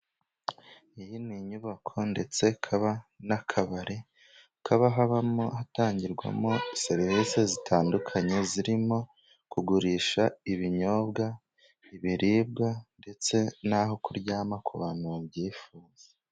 Iyi ni inyubako ndetse ikaba n'akabari, hakaba habamo, hatangirwamo serivisi zitandukanye zirimo kugurisha ibinyobwa, ibiribwa, ndetse n'aho kuryama ku bantu babyifuza.